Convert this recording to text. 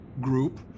group